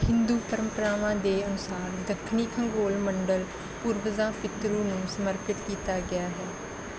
ਹਿੰਦੂ ਪਰੰਪਰਾਵਾਂ ਦੇ ਅਨੁਸਾਰ ਦੱਖਣੀ ਖੰਗੋਲ ਮੰਡਲ ਪੂਰਵਜਾਂ ਪਿਤਰੂ ਨੂੰ ਸਮਰਪਿਤ ਕੀਤਾ ਗਿਆ ਹੈ